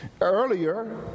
Earlier